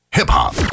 Hip-hop